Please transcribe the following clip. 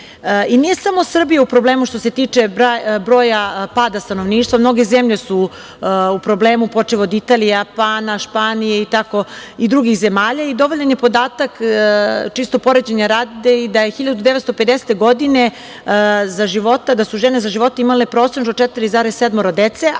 samo Srbija u problemu što se tiče broja pada stanovništva. Mnoge zemlje su u problemu počev od Italije, Japana, Španije i drugih zemalja i dovoljan je podatak, čisto poređenja radi, i da je 1950. godine da su žene za života imale prosečno 4,7 dece,